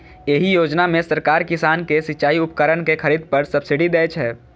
एहि योजना मे सरकार किसान कें सिचाइ उपकरण के खरीद पर सब्सिडी दै छै